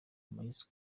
moise